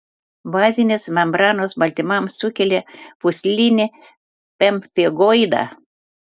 bazinės membranos baltymams sukelia pūslinį pemfigoidą